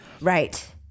Right